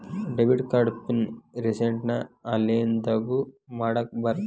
debit card pin ರಿಸೆಟ್ನ ಆನ್ಲೈನ್ದಗೂ ಮಾಡಾಕ ಬರತ್ತೇನ್